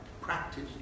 practice